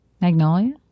Magnolia